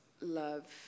love